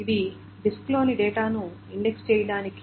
ఇవి డిస్క్లోని డేటాను ఇండెక్స్ చేయడానికి